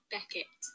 Beckett